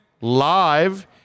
Live